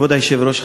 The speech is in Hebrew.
כבוד היושב-ראש,